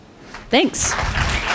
Thanks